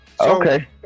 Okay